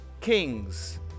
kings